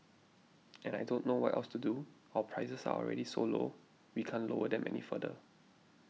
and I don't know what else to do our prices are already so low we can't lower them any further